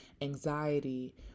anxiety